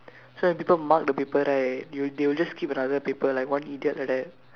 so when people mark the paper right you they will they will just keep the other paper like one idiot like that